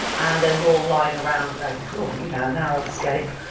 and they were all lying around going, ooh, you know a narrow escape.